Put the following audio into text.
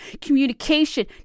communication